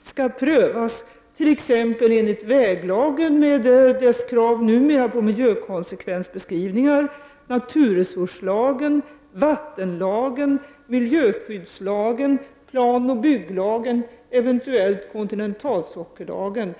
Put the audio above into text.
skall prövas enligt väglagen — med dess krav numera på miljökonsekvensbeskrivningar — samt enligt naturresurslagen, vattenlagen, miljöskyddslagen, planoch bygglagen och eventuellt kontinentalsockellagen.